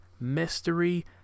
mystery